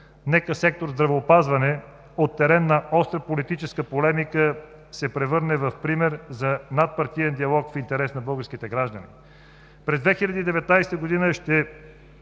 нека сектор „Здравеопазване“ от терен на остра политическа полемика се превърне в пример за надпартиен диалог в интерес на българските граждани. През 2019 г. ще